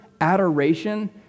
adoration